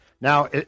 Now